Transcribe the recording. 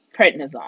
prednisone